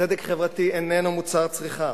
"צדק חברתי" איננו מוצר צריכה,